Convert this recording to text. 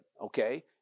Okay